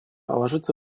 ложится